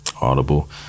audible